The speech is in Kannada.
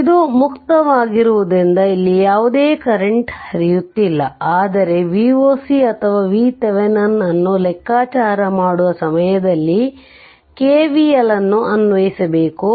ಇದು ಮುಕ್ತವಾಗಿರುವುದರಿಂದ ಇಲ್ಲಿ ಯಾವುದೇ ಕರೆಂಟ್ ಹರಿಯುತ್ತಿಲ್ಲಆದರೆ Voc ಅಥವಾ VThevenin ಅನ್ನು ಲೆಕ್ಕಾಚಾರ ಮಾಡುವ ಸಮಯದಲ್ಲಿ KVL ನ್ನು ಅನ್ವಯಿಸಬೇಕು